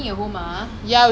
(uh huh)